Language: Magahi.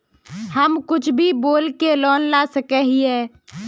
हम कुछ भी बोल के लोन ला सके हिये?